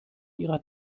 ihrer